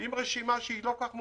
עם רשימה לא כל כך מעודכנת,